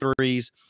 threes